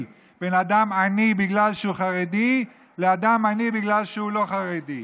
בין אדם עני שהוא חרדי לאדם עני שהוא לא חרדי.